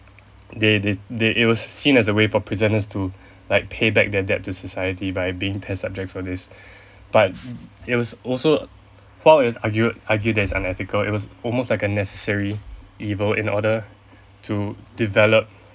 they they they it was seen as a way for prisoners to like payback their debt to society by being test subject for this but it was also found has argue argued that is unethical it was almost like a necessary evil in order to develop